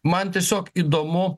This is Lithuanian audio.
man tiesiog įdomu